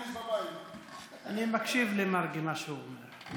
אני מקשיב למרגי, למה שהוא אומר.